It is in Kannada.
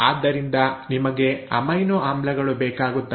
ಆದ್ದರಿಂದ ನಿಮಗೆ ಅಮೈನೋ ಆಮ್ಲಗಳು ಬೇಕಾಗುತ್ತವೆ